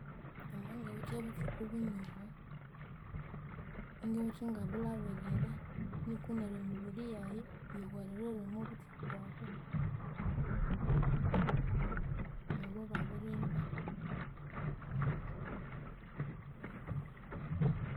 Nama ngawithe obuthuku bunyoho ingawithe ingabulhabirira nuku neryu emibiri yayi yihwererere omwabuthuku obo obwababirimba